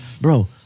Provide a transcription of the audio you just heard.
bro